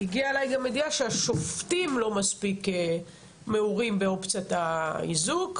הגיעה אליי גם ידיעה שהשופטים לא מספיק מעורים באופציית האיזוק,